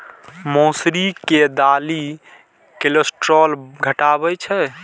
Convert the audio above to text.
मौसरी के दालि कोलेस्ट्रॉल घटाबै छै